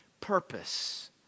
purpose